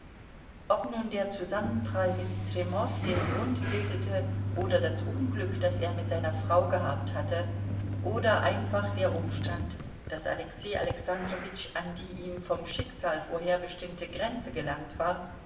ob nun der zusammenprall mit stremow den grund bildete oder das unglück das er mit seiner frau gehabt hatte oder einfach der umstand daß alexei alexandrowitsch an die ihm vom schicksal vorherbestimmte grenze gelangt war